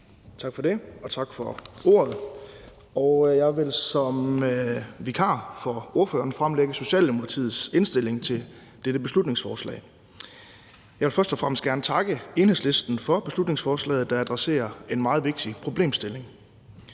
Tak for det, og tak for ordet. Og jeg vil som vikar for ordføreren fremlægge Socialdemokratiets indstilling til dette beslutningsforslag. Jeg vil først og fremmest gerne takke Enhedslisten for beslutningsforslaget, der adresserer en meget vigtig problemstilling.